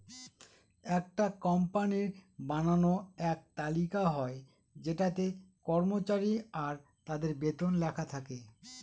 একটা কোম্পানির বানানো এক তালিকা হয় যেটাতে কর্মচারী আর তাদের বেতন লেখা থাকে